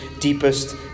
deepest